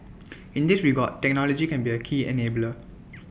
in this regard technology can be A key enabler